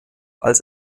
als